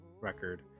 record